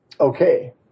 Okay